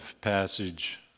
passage